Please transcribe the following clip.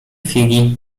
chwili